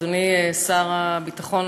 אדוני שר הביטחון,